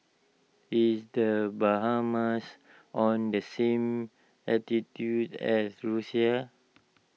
is the Bahamas on the same latitude as Russia